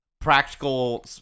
practical